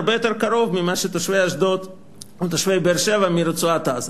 הרבה יותר קרוב מהמרחק של אשדוד ובאר-שבע מרצועת-עזה.